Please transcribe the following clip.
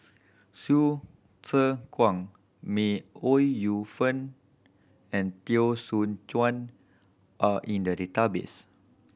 Hsu Tse Kwang May Ooi Yu Fen and Teo Soon Chuan are in the database